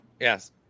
Yes